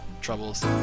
troubles